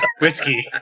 Whiskey